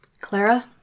Clara